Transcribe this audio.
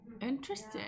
interesting